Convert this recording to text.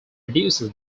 reduces